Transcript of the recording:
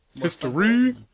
History